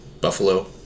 buffalo